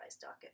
docket